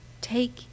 take